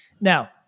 now